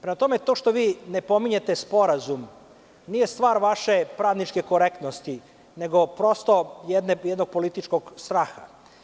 Prema tome, to što vi ne pominjete sporazum nije stvar vaše pravničke korektnosti, nego prosto jednog političkog straha.